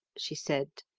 she said.